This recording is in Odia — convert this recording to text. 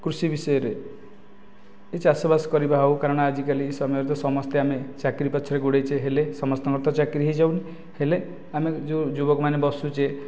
କୃଷି ବିଷୟରେ ଏ ଚାଷ ବାସ କରିବା ହେଉ କାରଣ ଆଜିକାଲି ସମୟରେ ତ ସମସ୍ତେ ଆମେ ଚାକିରୀ ପଛରେ ଗୋଡ଼ାଇଛେ ହେଲେ ସମସ୍ତଙ୍କର ତ ଚାକିରୀ ହୋଇଯାଉନି ହେଲେ ଆମେ ଯେଉଁ ଯୁବକ ମାନେ ବସୁଛେ